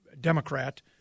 Democrat